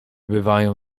bywają